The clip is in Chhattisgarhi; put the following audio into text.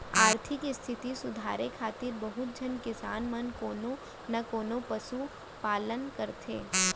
आरथिक इस्थिति सुधारे खातिर बहुत झन किसान मन कोनो न कोनों पसु पालन करथे